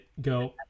go